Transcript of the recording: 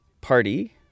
party